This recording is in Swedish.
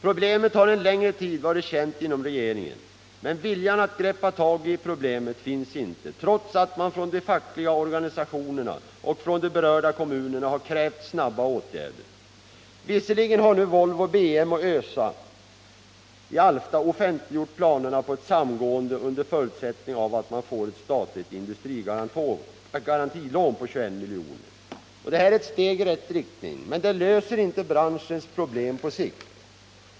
Problemet har en längre tid varit känt inom regeringen, men viljan att greppa tag i problemet finns inte trots att det från de fackliga organisationerna och från de berörda kommunerna har krävts snabba åtgärder. Visserligen har nu Volvo BM och ÖSA i Alfta offentliggjort planerna på ett samgående under förutsättning att man får ett statligt industrigarantilån på 21 milj.kr. Detta är ett steg i rätt riktning, men det löser inte branschens problem på sikt.